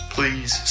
Please